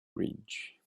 bridge